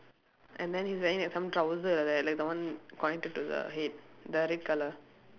and then he is wearing like some trousers like that like the one to the head the red colour